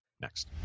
next